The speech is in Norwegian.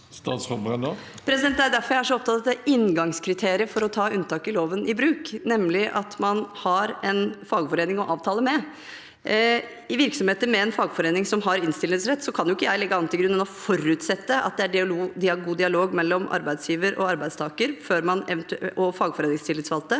Det er jo derfor jeg er så opptatt av inngangskriteriet for å ta unntak i loven i bruk, nemlig at man har en fagforening å avtale med. I virksomheter med en fagforening som har innstillingsrett, kan ikke jeg legge annet til grunn enn å forutsette at det er god dialog mellom arbeidsgiver, arbeidstaker og fagforeningstillitsvalgte,